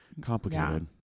complicated